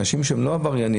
אנשים שהם לא עבריינים,